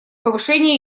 повышению